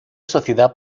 sociedad